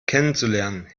kennenzulernen